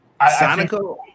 Sanico